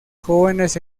jóvenes